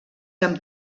amb